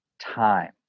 time